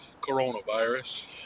coronavirus